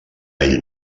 ell